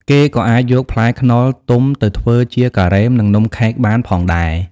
គេក៏អាចយកផ្លែខ្នុរទុំទៅធ្វើជា ការ៉េម និង នំខេក បានផងដែរ។